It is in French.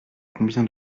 combien